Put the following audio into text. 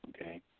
Okay